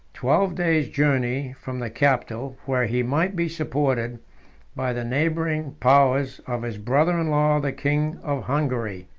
twelve days' journey from the capital, where he might be supported by the neighboring powers of his brother-in-law the king of hungary.